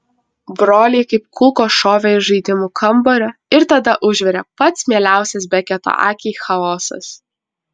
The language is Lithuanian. broliai kaip kulkos šovė iš žaidimų kambario ir tada užvirė pats mieliausias beketo akiai chaosas